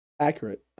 Accurate